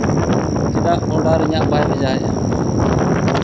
ᱪᱮᱫᱟᱜ ᱚᱰᱟᱨ ᱤᱧᱟᱹᱜ ᱵᱟᱭ ᱵᱷᱮᱡᱟᱭᱮᱫᱼᱟ